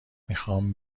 میخام